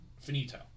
Finito